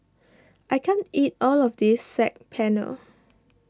I can't eat all of this Saag Paneer